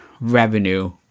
revenue